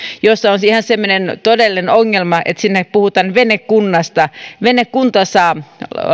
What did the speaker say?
jossa on ihan semmoinen todellinen ongelma että siinä puhutaan venekunnasta venekunta saa